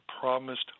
promised